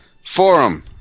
Forum